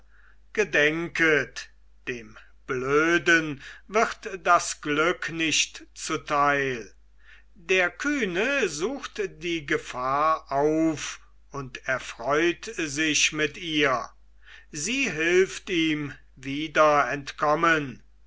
gedenket dem blöden wird das glück nicht zuteil der kühne sucht die gefahr auf und erfreut sich mit ihr sie hilft ihm wieder entkommen